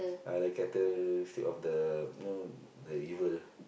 uh the characteristic of the you know the evil